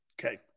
Okay